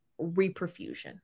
reperfusion